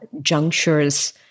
junctures